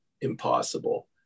impossible